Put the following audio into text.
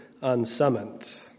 unsummoned